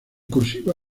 cursiva